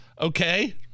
Okay